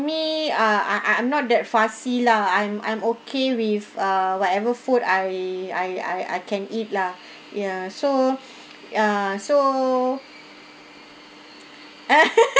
me ah I I'm not that fussy lah I'm I'm okay with uh whatever food I I I I can eat lah ya so ya so